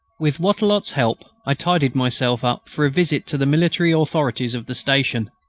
with wattrelot's help, i tidied myself up for a visit to the military authorities of the station.